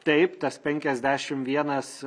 taip tas penkiasdešim vienas